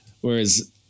Whereas